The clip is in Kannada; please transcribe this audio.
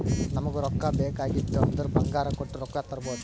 ನಮುಗ್ ರೊಕ್ಕಾ ಬೇಕ್ ಆಗಿತ್ತು ಅಂದುರ್ ಬಂಗಾರ್ ಕೊಟ್ಟು ರೊಕ್ಕಾ ತರ್ಬೋದ್